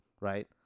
Right